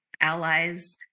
allies